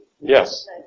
Yes